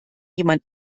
jemand